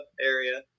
area